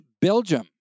Belgium